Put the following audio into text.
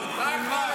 הוא חי.